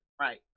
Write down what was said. Right